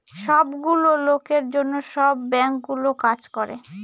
সব গুলো লোকের জন্য সব বাঙ্কগুলো কাজ করে